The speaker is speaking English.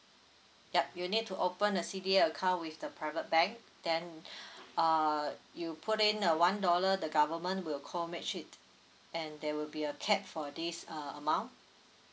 yup you need to open the C_D account with the private bank then uh you put in a one dollar the government will call makeshift and there will be a cede for this uh amount